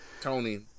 Tony